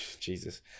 jesus